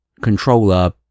controller